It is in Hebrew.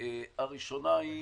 הראשונה היא